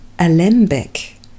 alembic